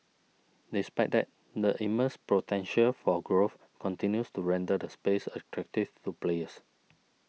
despite that the immense potential for growth continues to render the space attractive to players